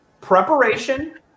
Preparation